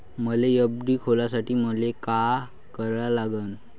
मले एफ.डी खोलासाठी मले का करा लागन?